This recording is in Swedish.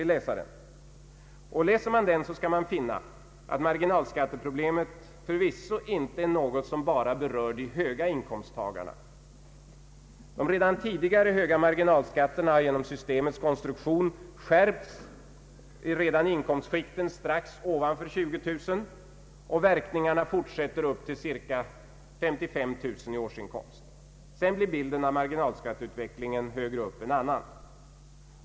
Läser man den skall man finna, att marginalskatteproblemet förvisso inte är något som bara berör de höga inkomsttagarna. De redan tidigare höga marginalskatterna har genom systemets konstruktion skärpts redan i inkomstskikten strax ovanför 20000 kr., och verkningarna fortsätter upp till cirka 55 000 i årsinkomst. Därefter blir bilden av marginalskatteutvecklingen en annan.